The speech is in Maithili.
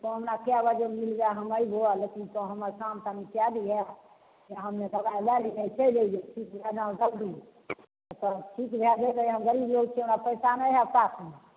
तो हमरा कए बजे मिलबै हम अयबौ लेकिन तो हमर काम तनी कए दीहऽ से हमे दबाइ लए ले बय चलि अयबै ठीक भऽ जाउ जल्दी तब ठीक भऽ जेबै हम गरीब लोग छियै हमरा पैसा नहि हइ साथमे